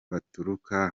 baturuka